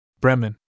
Bremen